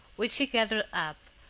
which he gathered up,